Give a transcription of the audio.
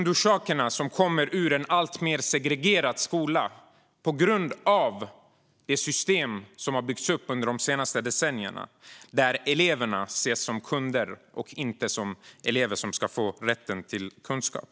Dessa kommer sig av en alltmer segregerad skola på grund av det system som har byggts upp under de senaste decennierna, där eleverna ses som kunder och inte som elever som har rätt till kunskap.